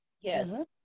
Yes